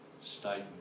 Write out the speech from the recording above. statement